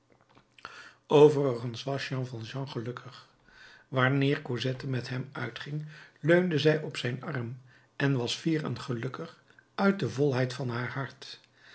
overigens was jean valjean gelukkig wanneer cosette met hem uitging leunde zij op zijn arm en was fier en gelukkig uit de volheid van haar hart